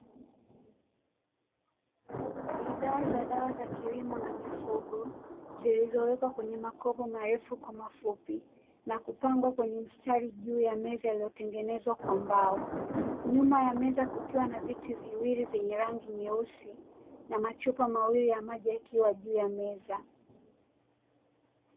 Bidhaa za dawa za kilimo na mifugo, zilizowekwa kwenye makopo marefu kwa mafupi na kupangwa kwenye mstari juu ya meza iliyotengenezwa kwa mbao, nyuma ya meza kukiwa na viti viwili vyenye rangi nyeusi, na machupa mawili ya maji yakiwa juu ya meza.